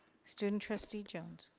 student trustee jones.